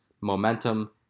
momentum